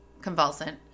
convulsant